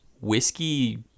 whiskey